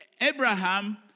Abraham